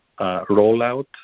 rollout